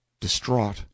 distraught